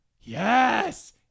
Yes